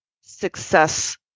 success